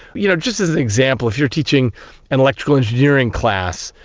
you know just as an example, if you're teaching an electrical engineering class,